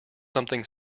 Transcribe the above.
something